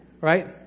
Right